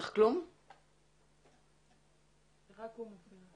התוצאות של המחקר שאני אראה היום מומנו על